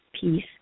peace